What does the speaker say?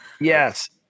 Yes